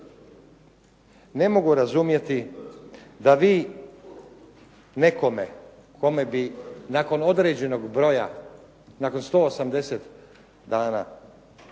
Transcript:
Ne mogu razumjeti da vi nekome kome bi nakon određenog broja, nakon 180 dana